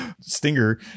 stinger